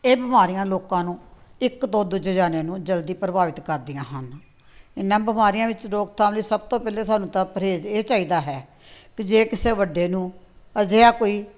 ਇਹ ਬਿਮਾਰੀਆਂ ਲੋਕਾਂ ਨੂੰ ਇੱਕ ਤੋਂ ਦੂਜੇ ਜਣਿਆਂ ਨੂੰ ਜਲਦੀ ਪ੍ਰਭਾਵਿਤ ਕਰਦੀਆਂ ਹਨ ਇਹਨਾਂ ਬਿਮਾਰੀਆਂ ਵਿੱਚ ਰੋਕਥਾਮ ਲਈ ਸਭ ਤੋਂ ਪਹਿਲੇ ਤੁਹਾਨੂੰ ਤਾਂ ਪਰਹੇਜ਼ ਇਹ ਚਾਹੀਦਾ ਹੈ ਕਿ ਜੇ ਕਿਸੇ ਵੱਡੇ ਨੂੰ ਅਜਿਹਾ ਕੋਈ